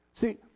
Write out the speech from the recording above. See